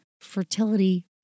Fertility